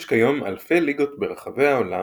יש כיום אלפי ליגות ברחבי העולם,